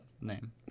name